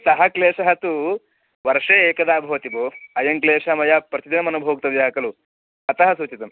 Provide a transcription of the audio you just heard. सः क्लेशः तु वर्षे एकदा भवति भोः अयं क्लेशः मया प्रतिदिनम् अनुभोक्तव्या खलु अतः सूचितम्